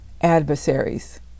adversaries